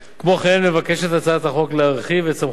כמו כן מבקשת הצעת החוק להרחיב את סמכותו